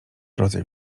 rodzaj